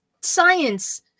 science